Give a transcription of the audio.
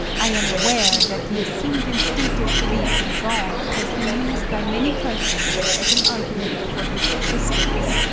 i am aware that the assumed instinctive belief in god has been used by many persons as an argument for his existence.